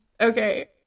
Okay